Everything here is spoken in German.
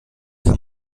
kann